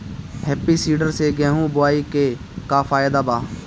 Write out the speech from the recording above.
Happy seeder से गेहूं बोआई के का फायदा बा?